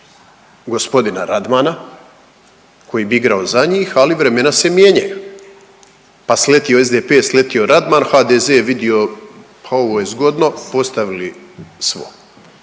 g. Radmana koji bi igrao za njih, ali vremena se mijenjaju pa sletio SDP, sletio Radman, HDZ vidio, pa ovo je zgodno, postavili svog.